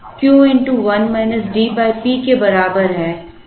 इसलिए Im Q 1 DP के बराबर है